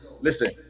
Listen